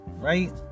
Right